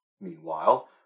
Meanwhile